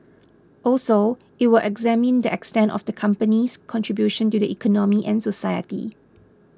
also it will examine the extent of the company's contribution to the economy and society